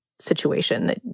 situation